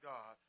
God